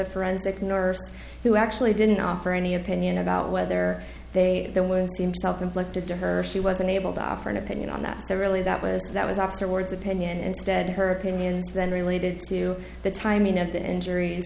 the forensic nurse who actually didn't offer any opinion about whether they then would seem self inflicted to her she was unable to offer an opinion on that there really that was that was afterwards opinion and dead her opinion then related to the timing of the injuries